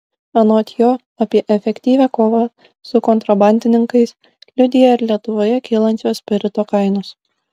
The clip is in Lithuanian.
anot jo apie efektyvią kovą su kontrabandininkais liudija ir lietuvoje kylančios spirito kainos